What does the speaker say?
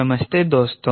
नमस्ते दोस्तों